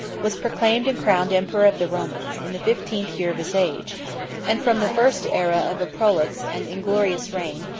was proclaimed and crowned emperor of the romans, in the fifteenth year of his age and, from the first aera of a prolix and inglorious reign,